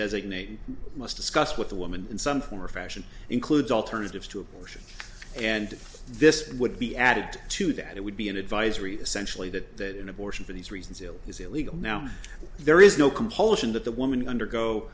designate must discuss with the woman in some form or fashion includes alternatives to abortion and this would be added to that it would be an advisory essentially that in abortion for these reasons it is illegal now there is no compulsion that the woman undergo